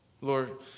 Lord